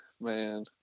Man